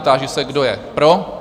Táži se, kdo je pro?